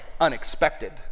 unexpected